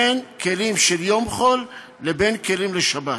בין כלים של יום חול לבין כלים לשבת,